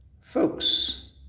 folks